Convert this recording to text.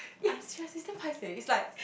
I'm seriously damn paiseh it's like